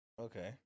Okay